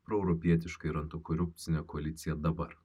proeuropietiška ir antokorupcine koalicija dabar